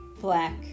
black